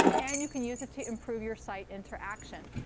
and you can use it to improve your site interaction.